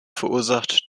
verursacht